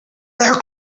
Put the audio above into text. their